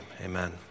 amen